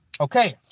okay